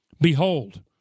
Behold